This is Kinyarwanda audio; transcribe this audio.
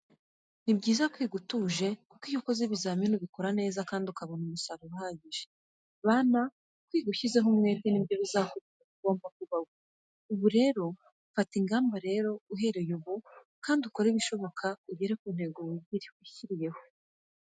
Ni byiza kwiga utuje kuko iyo ukoze ibizamini ubikora neza kandi ukabona umusaruro uhagije. Bana kwiga ushyizeho umwete nibyo bizakugira uwo ugomba kuba we. Ubu rero fata ingamba rero uhereye ubu kandi ukore ibishoboka ugere ku ntego wishyiriyeho.